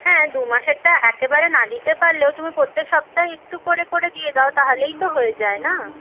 হ্যাঁ দু মাসেরটা একেবারে না দিতে পারলেও তুমি প্রত্যেক সপ্তাহে একটু করে করে দিয়ে দাও তাহলেই তো হয়ে যায় না